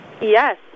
Yes